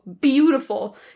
beautiful